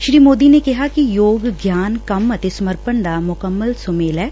ਸ੍ਰੀ ਮੋਦੀ ਨੇ ਕਿਹਾ ਕਿ ਯੋਗ ਗਿਆਨ ਕੰਮ ਅਤੇ ਸਮਰਪਣ ਦਾ ਮੁਕੰਮਲ ਸੁਮੇਲ ਐ